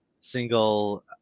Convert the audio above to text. single